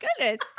goodness